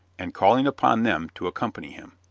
and calling upon them to accompany him.